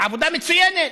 עבודה מצוינת.